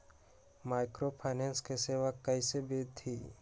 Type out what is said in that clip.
Microfinance के सेवा कइसे विधि?